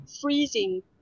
freezing